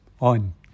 on